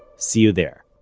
see you there!